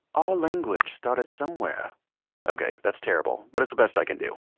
our language started somewhere ok that's terrible, but it's the best i can do.